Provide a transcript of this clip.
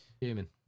Human